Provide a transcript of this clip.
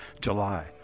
July